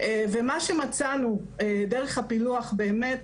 ומה שמצאנו דרך הפילוח באמת,